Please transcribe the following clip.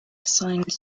signs